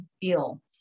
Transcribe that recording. feel